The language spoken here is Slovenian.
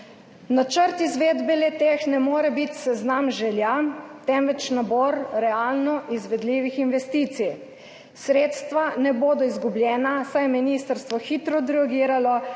Načrt izvedbe le-teh ne more biti seznam želja, temveč nabor realno izvedljivih investicij. Sredstva ne bodo izgubljena, saj je ministrstvo hitro odreagiralo